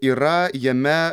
yra jame